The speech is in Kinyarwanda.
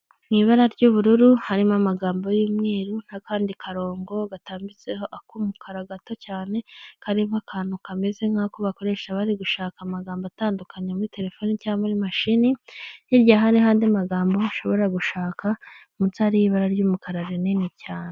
Ibara ry'ubururu harimo amagambo y'umweru n'akandi karongo gatambitseho, ak'umukara gato cyane, karimo akantu kameze nk'ako bakoresha bari gushaka amagambo atandukanye muri telefoni cyangwa muri mashini, hirya hariho andi magambo ushobora gushaka, munsi hari ibara ry'umukara rinini cyane.